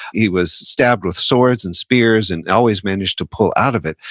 he was stabbed with swords and spears and always managed to pull out of it.